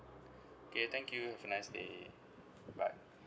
K thank you have a nice day bye bye